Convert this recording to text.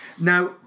Now